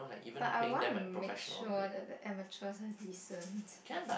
but I will wanna make sure that the amateurs are decent